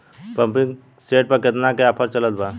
Pumping set पर केतना के ऑफर चलत बा?